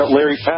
Larry